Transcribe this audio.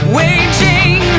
waging